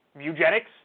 eugenics